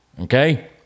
Okay